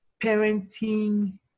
parenting